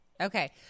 Okay